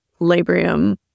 labrium